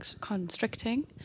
constricting